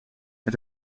het